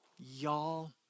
Y'all